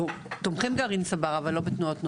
תומכים גרעין צבר אבל לא בתנועות נוער.